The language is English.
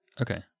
Okay